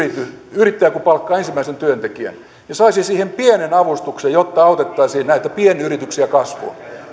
yrittäjä palkkaa ensimmäisen työntekijän hän saisi siihen pienen avustuksen jotta autettaisiin näitä pienyrityksiä kasvuun